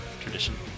tradition